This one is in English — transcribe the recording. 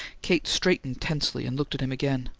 kate straightened tensely and looked at him again.